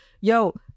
yo